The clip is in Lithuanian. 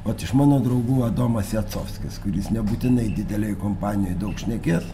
ot iš mano draugų adomas jacovskis kuris nebūtinai didelėj kompanijoj daug šnekės